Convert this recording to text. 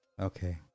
Okay